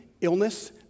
illness